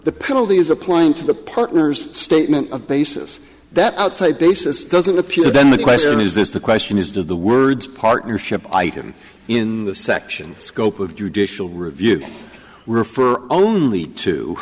the penalty is applying to the partner's statement of basis that outside basis doesn't appear then the question is this the question is does the words partnership item in the section scope of judicial review refer only to